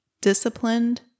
disciplined